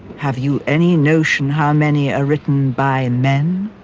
have you any notion how many are written by men?